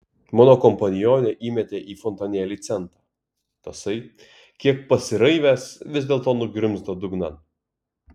mano kompanionė įmetė į fontanėlį centą tasai kiek pasiraivęs vis dėlto nugrimzdo dugnan